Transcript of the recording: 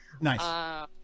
Nice